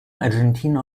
argentina